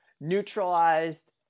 neutralized